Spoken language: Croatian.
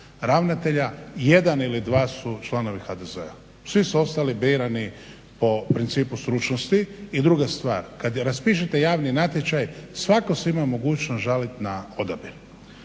ravnatelja jedan ili dva su članovi HDZ-a. svi su ostali birani po principu stručnosti. I druga stvar kada raspišete javni natječaj svatko se ima mogućnost žaliti na odabir.